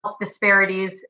disparities